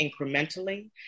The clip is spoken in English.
incrementally